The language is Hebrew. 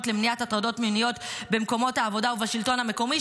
למניעת הטרדות מיניות במקומות העבודה ובשלטון המקומי,